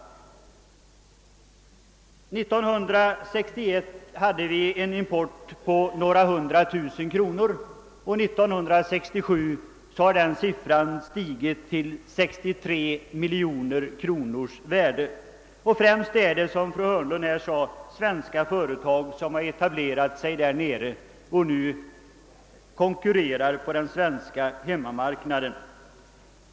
År 1961 hade vi en import från Portugal på några hundra tusen kronor, och 1967 hade den stigit till 63 miljoner kronor. Som fru Hörnlund framhöll är det främst svenska företag som etablerat sig där nere som nu konkurrerar på den svenska marknaden.